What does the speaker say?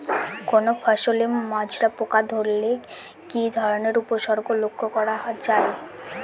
কোনো ফসলে মাজরা পোকা ধরলে কি ধরণের উপসর্গ লক্ষ্য করা যায়?